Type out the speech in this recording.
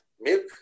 milk